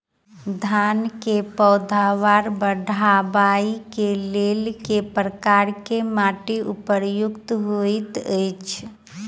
धान केँ पैदावार बढ़बई केँ लेल केँ प्रकार केँ माटि उपयुक्त होइत अछि?